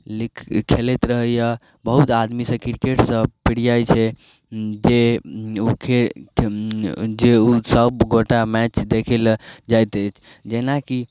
खेलैत रहैए बहुत आदमीसँ क्रिकेट सब प्रिय छै देह ओ खे जे उसब गोटा मैच देखैला जाइत अछि जेनाकी